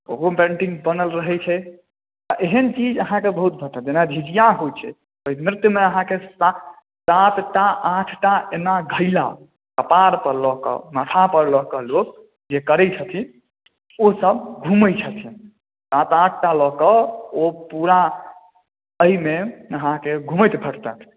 ओहोमे पेन्टिंग बनल रहै छै आ एहेन चीज अहाँके बहुत भेटत जेना झिझिया होइ छै ओहि नृत्यमे अहाँके सात सात टा आठ टा एना घैला कपाड़ पर लऽ कऽ माथा पर लऽ कऽ लोक जे करै छथिन ओ सब घुमै छथिन सात आठ टा लऽ कऽ ओ पूरा एहिमे अहाँके घुमैत भेटतथि